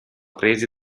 presi